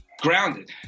grounded